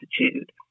attitude